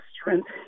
strength